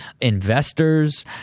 investors